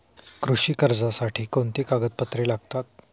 कृषी कर्जासाठी कोणती कागदपत्रे लागतात?